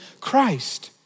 Christ